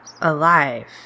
alive